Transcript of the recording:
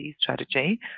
strategy